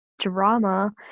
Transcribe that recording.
drama